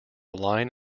line